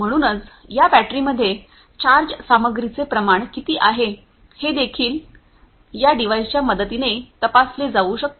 म्हणूनच या बैटरींमध्ये चार्ज सामग्रीचे प्रमाण किती आहे हे देखील या चा वेळ पहा 1834 डिव्हाइसच्या मदतीने तपासले जाऊ शकते